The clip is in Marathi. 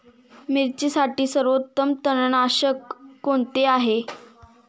मिरचीसाठी सर्वोत्तम तणनाशक कोणते आहे?